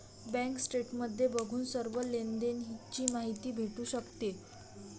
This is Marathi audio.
बँक स्टेटमेंट बघून सर्व लेनदेण ची माहिती भेटू शकते